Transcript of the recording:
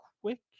quick